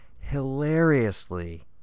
hilariously